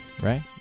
right